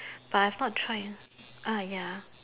I have not tried ah ya